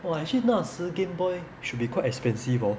well actually 那时 game boy should be quite expensive hor